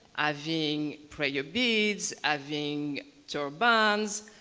having prayer beads, having turbans.